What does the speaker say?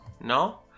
No